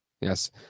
Yes